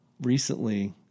recently